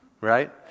Right